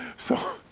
so,